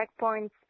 checkpoints